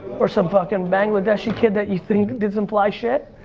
or some fucking bangladeshi kid that you think did some fly shit.